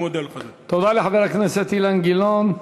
תודה לחבר הכנסת אילן גילאון.